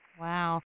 Wow